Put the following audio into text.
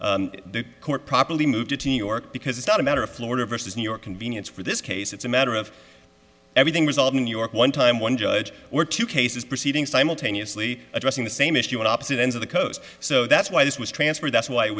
the court properly moved to new york because it's not a matter of florida versus new york convenience for this case it's a matter of everything resolved in new york one time one judge or two cases proceeding simultaneously addressing the same issue at opposite ends of the coast so that's why this was transferred that's why it